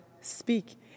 speak